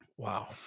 Wow